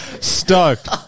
Stoked